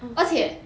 而且